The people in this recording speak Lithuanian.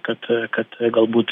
kad kad galbūt